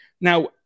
Now